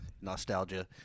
nostalgia